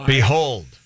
Behold